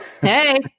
Hey